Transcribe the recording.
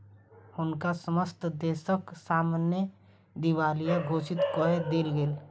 हुनका समस्त देसक सामने दिवालिया घोषित कय देल गेल